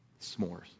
S'mores